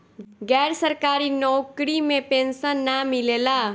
गैर सरकारी नउकरी में पेंशन ना मिलेला